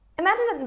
imagine